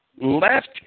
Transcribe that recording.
left